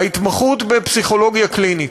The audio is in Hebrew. ההתמחות בפסיכולוגיה קלינית.